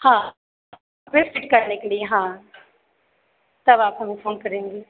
हाँ फ़िट करने के लिए हाँ तब आप हमें फ़ोन करेंगी